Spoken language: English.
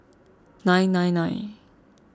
nine nine nine